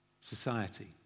society